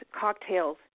cocktails